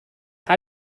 how